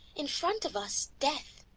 in front of us death.